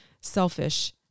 selfish